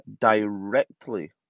directly